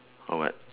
or what